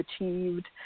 achieved